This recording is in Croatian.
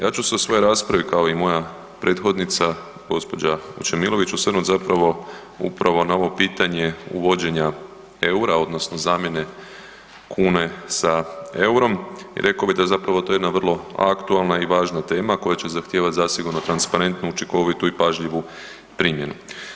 Ja ću se u svojoj raspravi kao i moja prethodnica gospođa Vučemilović osvrnut zapravo upravo na ovo pitanje uvođenja EUR-a odnosno zamjene kune sa EUR-om i reko bi da zapravo to je jedna vrlo aktualna i važna tema koja će zahtjeva zasigurno transparentnu, učinkovitu i pažljivu primjenu.